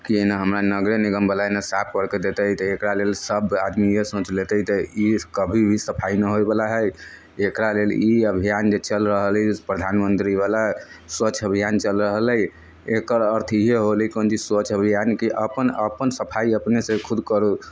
कि एना हमरा नगरे निगम एना बला साफ करके दैते तऽ एकरा लेल सभ आदमि इएह सोचि लेतै तऽ ई कभी भी सफाइ नहि होइ बला है एकरा लेल ई अभियान जे चल रहल अछि प्रधानमंत्री बला स्वच्छ अभियान चल रहल अछि एकर अर्थ इएह हौले जे स्वच्छ अभियान अपन अपन सफाइ अपने से खुद करू